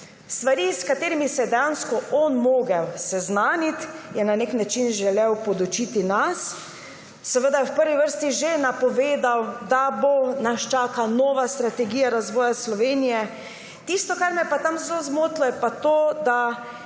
stvareh, s katerimi se je dejansko on moral seznaniti, je na nek način želel podučiti nas. Seveda je v prvi vrsti že napovedal, da nas čaka nova strategija razvoja Slovenije. Tisto, kar me je tam zelo zmotilo, je pa to, da